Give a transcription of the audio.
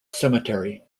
cemetery